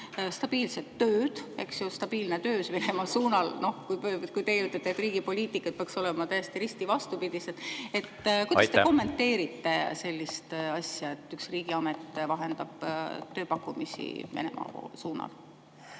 stabiilset tööd, eks ju, stabiilset tööd Venemaa suunal. Noh, teie ütlete, et riigi poliitika peaks olema risti vastupidi. Aitäh! Aitäh! Kuidas te kommenteerite sellist asja, et üks riigiamet vahendab tööpakkumisi Venemaa suunal?